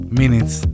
minutes